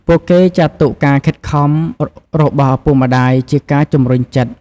ពួកគេចាត់ទុកការខិតខំរបស់ឪពុកម្តាយជាការជំរុញចិត្ត។